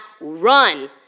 run